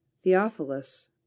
Theophilus